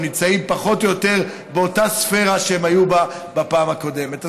והם נמצאים פחות או יותר באותה ספירה שהם היו בה בפעם הקודמת.